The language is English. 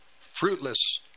fruitless